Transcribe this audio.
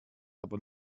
aber